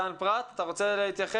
דן פרת, אתה רוצה להתייחס?